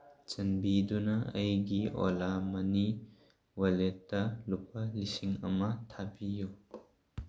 ꯆꯥꯟꯕꯤꯗꯨꯅ ꯑꯩꯒꯤ ꯑꯣꯂꯥ ꯃꯅꯤ ꯋꯥꯂꯦꯠꯇ ꯂꯨꯄꯥ ꯂꯤꯁꯤꯡ ꯑꯃ ꯊꯥꯕꯤꯌꯨ